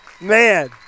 Man